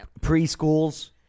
preschools